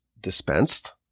dispensed